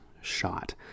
shot